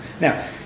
Now